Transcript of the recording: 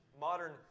Modern